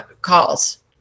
calls